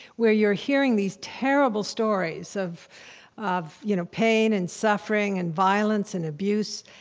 where you're hearing these terrible stories of of you know pain and suffering and violence and abuse,